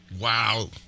wow